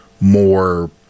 more